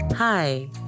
Hi